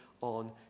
on